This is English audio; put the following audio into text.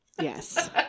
Yes